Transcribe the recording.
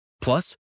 Plus